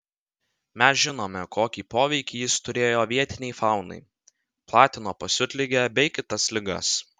mes žinome kokį poveikį jis turėjo vietinei faunai platino pasiutligę bei kitas ligas